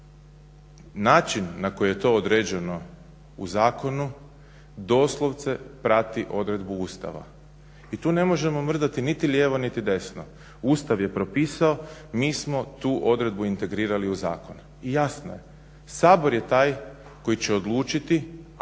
Način na koji je to određeno u zakonu doslovce prati odredbu Ustava i tu ne možemo mrdati niti lijevo niti desno. Ustav je propisao, mi smo tu odredbu integrirali u zakon. I jasno je, Sabor je taj koji će odlučiti ako to